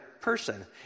person